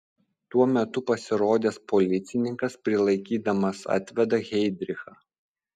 tuo metu pasirodęs policininkas prilaikydamas atveda heidrichą